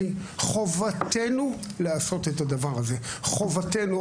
חובתנו לעשות את הדבר הזה, חובתנו.